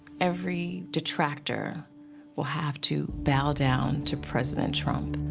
every detractor will have to bow down to president trump.